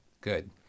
Good